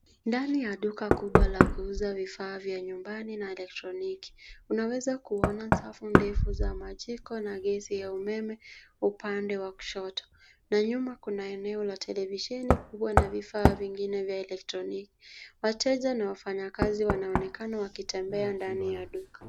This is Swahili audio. Ndani ya duka kubwa la kuuza vifaa vya nyumbani na elektroniki, unaweza kuona safu ndefu za majiko na gesi ya umeme upande wa kushoto na nyuma kuna eneo la televisheni kubwa na vifaa vingine vya elektroniki. Wateja na wafanyakazi wanaonekana wakitembea ndani ya duka.